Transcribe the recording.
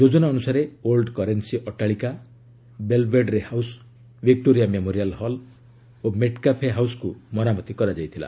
ଯୋଜନା ଅନୁସାରେ old currency ଅଟ୍ଟାଳିକା Belvedere house Victoria Memorial hall ଓ ମେଟକାଫେ ହାଉସ୍କୁ ମରାମତି କରାଯାଇଥିଲା